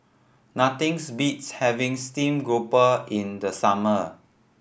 nothings beats having stream grouper in the summer